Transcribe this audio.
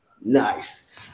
Nice